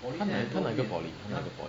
她哪个 poly 她哪个 poly